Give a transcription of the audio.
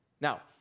Now